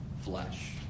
flesh